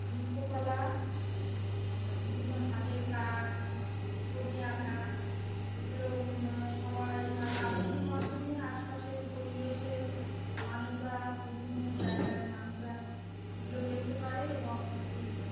নৃত্যকলা তার পরে বিভিন্ন হাতের কাজ ছবি আঁকা এগুলো সবাই কাগজটির মাধ্যমে আশপাশের পরিবেশের মানুষরা বিভিন্ন জায়গার মানুষরা এগুলো দেখতে পারে এবং এই